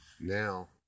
Now